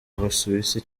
busuwisi